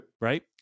right